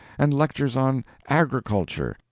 and lectures on agriculture,